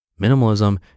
Minimalism